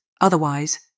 otherwise